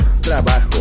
trabajo